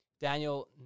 Daniel